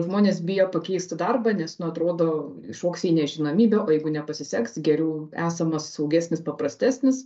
žmonės bijo pakeisti darbą nes nu atrodo išaugs į nežinomybę o jeigu nepasiseks geriau esamas saugesnis paprastesnis